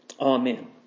Amen